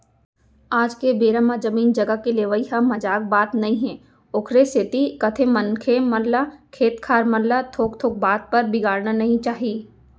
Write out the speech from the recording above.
आज के बेरा म जमीन जघा के लेवई ह मजाक बात नई हे ओखरे सेती कथें मनखे मन ल खेत खार मन ल थोक थोक बात बर बिगाड़ना नइ चाही